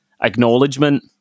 acknowledgement